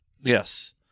Yes